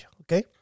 okay